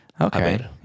Okay